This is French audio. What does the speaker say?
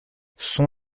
son